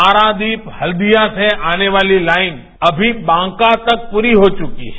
पारादीप हल्दिया से आने वाली लाईन अभी बांका तक पूरी हो चुकी है